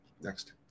next